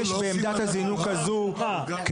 בעמדת הזינוק הזו -- מענקי איזון לא עושים ועדה קרואה.